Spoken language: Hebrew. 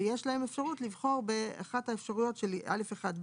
ויש להם אפשרות לבחור באחת האפשרויות של א'1,